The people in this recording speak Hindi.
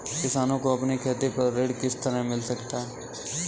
किसानों को अपनी खेती पर ऋण किस तरह मिल सकता है?